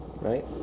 Right